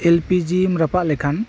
L P ᱡᱤᱢ ᱨᱟᱯᱟᱜ ᱞᱮᱠᱷᱟᱱ